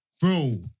bro